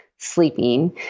sleeping